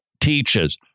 teaches